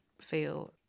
feel